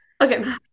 okay